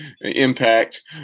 impact